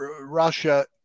Russia